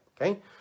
okay